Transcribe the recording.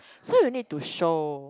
so you need to show